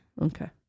Okay